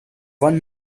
one